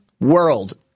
world